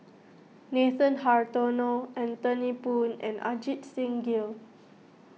Nathan Hartono Anthony Poon and Ajit Singh Gill